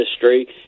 history